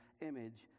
image